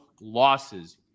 losses